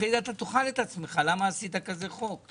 אחרי כן אתה תאכל את עצמך למה עשית חוק כזה.